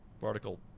particle